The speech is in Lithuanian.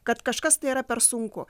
kad kažkas tai yra per sunku